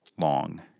long